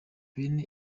bene